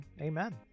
amen